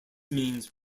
means